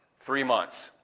three months.